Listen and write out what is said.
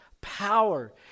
power